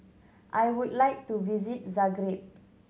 I would like to visit Zagreb